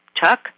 Chuck